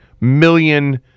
million